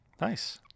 Nice